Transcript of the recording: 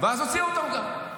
ואז הוציאו אותם גם.